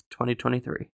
2023